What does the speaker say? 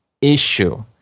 issue